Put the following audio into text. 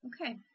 Okay